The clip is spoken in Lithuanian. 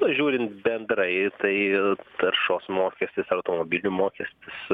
žiūrint bendrai tai taršos mokestis automobilių mokestis